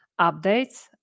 updates